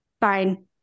fine